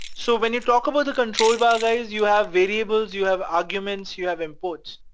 so when you talk about the control bar guys, you have variables, you have arguments, you have imports.